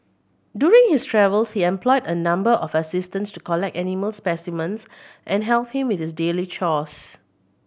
during his travels he employed a number of assistants to collect animal specimens and help him with his daily chores